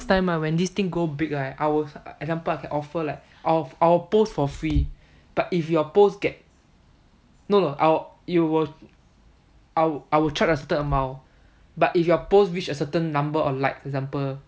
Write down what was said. next time right when this thing go big right I'll example I can offer like I will post for free but if your posts get no no you will I will charge a certain amount but if your post reach a certain number of likes example